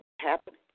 happening